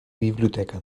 biblioteca